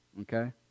Okay